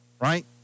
right